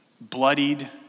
bloodied